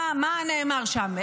מה נאמר שם?